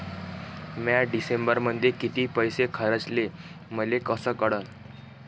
म्या डिसेंबरमध्ये कितीक पैसे खर्चले मले कस कळन?